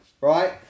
right